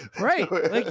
Right